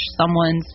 someone's